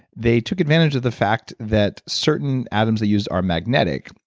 they took advantage of the fact that certain atoms they used are magnetic.